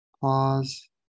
pause